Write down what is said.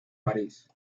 parís